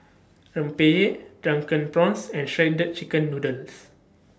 Rempeyek Drunken Prawns and Shredded Chicken Noodles